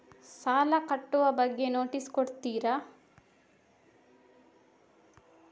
ಸಾಲ ಕಟ್ಟುವ ಬಗ್ಗೆ ನೋಟಿಸ್ ಕೊಡುತ್ತೀರ?